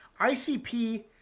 ICP